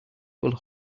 will